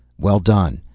well done.